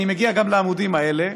אני מגיע גם לעמודים האלה,